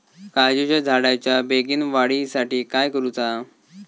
काजीच्या झाडाच्या बेगीन वाढी साठी काय करूचा?